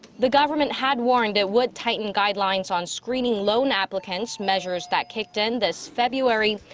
the government had warned it would tighten guidelines on screening loan applicants measures that kicked in this february.